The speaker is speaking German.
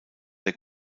der